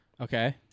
Okay